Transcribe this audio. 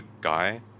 guy